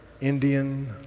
Indian